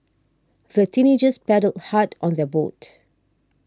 the teenagers paddled hard on their boat